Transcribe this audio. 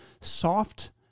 soft